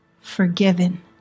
forgiven